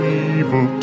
evil